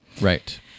right